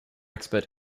expert